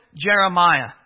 Jeremiah